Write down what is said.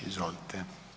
Izvolite.